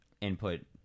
input